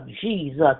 Jesus